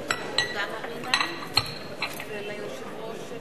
לנשיא הפרלמנט האירופי.